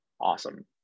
awesome